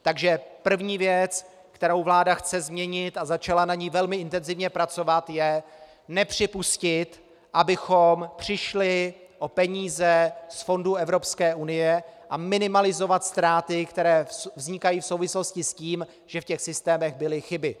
Takže první věc, kterou vláda chce změnit, a začala na ní velmi intenzivně pracovat, je nepřipustit, abychom přišli o peníze z fondů Evropské unie, a minimalizovat ztráty, které vznikají v souvislosti s tím, že v těch systémech byly chyby.